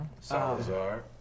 Salazar